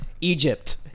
Egypt